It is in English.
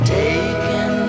taken